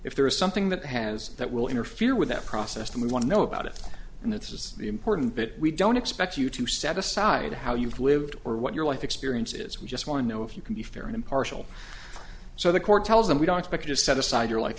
if there is something that has that will interfere with that process and we want to know about it and that's is the important bit we don't expect you to set aside how you've lived or what your life experience is we just want to know if you can be fair and impartial so the court tells them we don't expect you to set aside your life